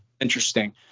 interesting